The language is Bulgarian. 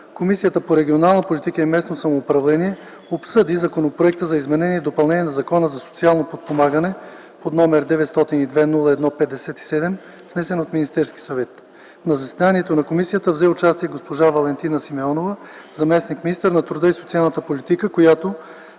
Комисията по регионална политика и местно самоуправление обсъди Законопроекта за изменение и допълнение на Закона за социално подпомагане, № 902-01-57, внесен от Министерския съвет. В заседанието на комисията взе участие госпожа Валентина Симеонова – заместник министър на труда и социалната политика, която